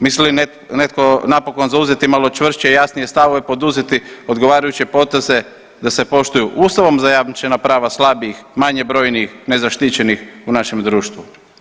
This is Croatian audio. Misli li netko napokon zauzeti malo čvršće i jasnije stavove, poduzeti odgovarajuće poteze da se poštuju Ustavom zajamčena prava slabijih, manje brojnijih, nezaštićenih u našem društvu?